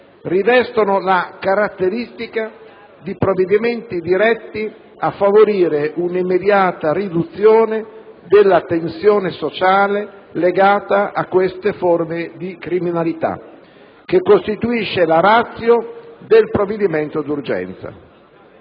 rivestono la caratteristica di provvedimenti diretti a favorire un'immediata riduzione della tensione sociale legata a queste forme di criminalità, che costituisce la *ratio* del provvedimento d'urgenza;